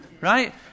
right